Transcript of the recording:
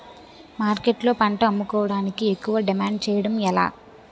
మార్కెట్లో పంట అమ్ముకోడానికి ఎక్కువ డిమాండ్ చేయడం ఎలా?